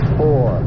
four